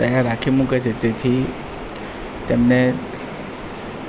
તૈયાર રાખી મૂકે છે તેથી તેમને